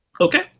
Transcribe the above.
Okay